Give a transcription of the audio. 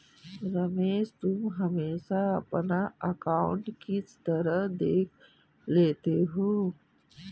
रमेश तुम हमेशा अपना अकांउट किस तरह देख लेते हो?